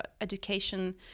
education